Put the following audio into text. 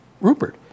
Rupert